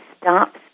stops